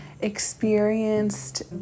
experienced